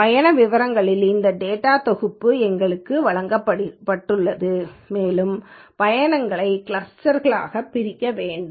எனவே பயண விவரங்களின் இந்த டேட்டா தொகுப்பு எங்களுக்கு வழங்கப்பட்டுள்ளது மேலும் பயணங்களை கிளஸ்டர்களாக பிரிக்க வேண்டும்